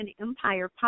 Empire